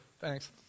Thanks